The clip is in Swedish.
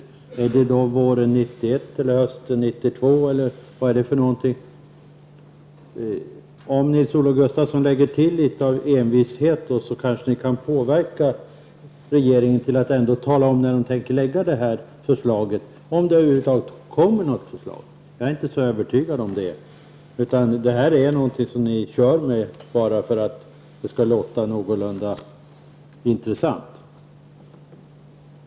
Blir det våren 1991, hösten 1992 eller när? Om Nils-Olof Gustafsson visar upp litet mer envishet kan han kanske påverka regeringen till att tala om när den tänker lägga fram ett förslag, om det nu över huvud taget kommer något. Jag är inte helt övertygad om det. Det här är kanske något som ni ''kör med'' bara för att det skall låta någorlunda intressant.